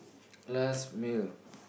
last meal